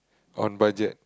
on budget